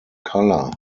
color